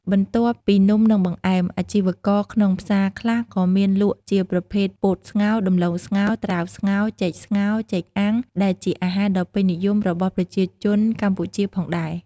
បន្ទាប់ពីនំ និងបង្អែម អាជីវករក្នុងផ្សារខ្លះក៏មានលក់ជាប្រភេទ ពោតស្ងោរ ដំឡូងស្ងោរ ត្រាវស្ងោរ ចេកស្ងោរ ចេកអាំង ដែលជាអាហារដ៏ពេញនិយមរបស់ប្រជាជនកម្ពុជាផងដែរ។